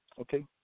okay